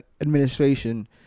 administration